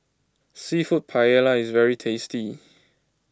Seafood Paella is very tasty